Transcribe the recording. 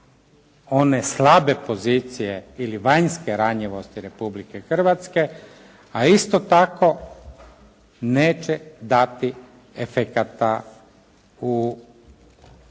one slabe pozicije ili vanjske ranjivosti Republike Hrvatske a isto tako neće dati efekata u borbi